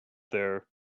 there